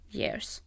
years